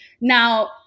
Now